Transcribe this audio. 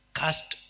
cast